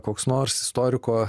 koks nors istoriko